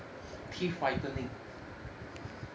teeth whitening